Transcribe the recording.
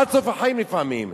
עד סוף החיים לפעמים.